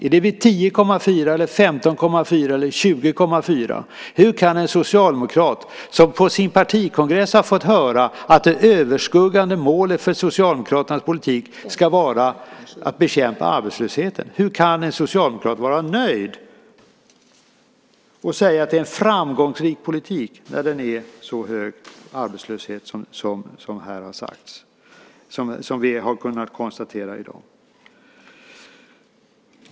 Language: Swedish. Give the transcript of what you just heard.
Är det vid 10,4, 15,4 eller 20,4? Hur kan en socialdemokrat som på sin partikongress har fått höra att det överskuggande målet för Socialdemokraternas politik ska vara att bekämpa arbetslösheten vara nöjd och säga att det är en framgångsrik politik när arbetslösheten är så hög som vi har kunnat konstatera i dag?